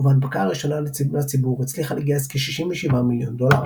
ובהנפקה הראשונית לציבור הצליחה לגייס כ-67 מיליון דולר.